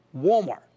Walmart